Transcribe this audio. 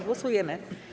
Głosujemy.